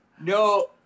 No